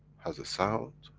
has a sound,